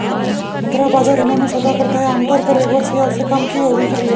मुद्रा बाजार ऋणों में सौदा करता है आमतौर पर एक वर्ष या उससे कम की अवधि के लिए